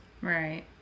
Right